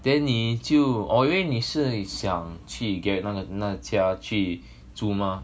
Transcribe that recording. then 你就我以为你是想去 gerard 那个那歌家去住 mah